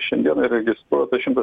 šiandien įregistruota šimtas